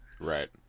Right